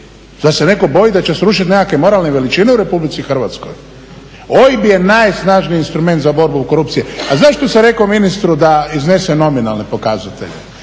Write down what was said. Zar se netko boji da će srušiti nekakve moralne veličine u Republici Hrvatskoj? OIB je najsnažniji instrument za borbu oko korupcije. A zašto sam rekao ministru da iznese nominalne pokazatelje?